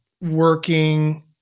working